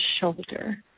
shoulder